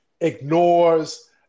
Ignores